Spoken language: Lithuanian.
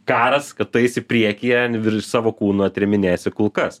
karas kad tu eisi priekyje ir savo kūnu atrėminėsi kulkas